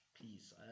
please